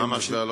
מה המשבר?